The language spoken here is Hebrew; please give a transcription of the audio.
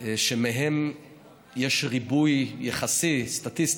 שמהם יש ריבוי יחסי, סטטיסטית,